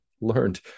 learned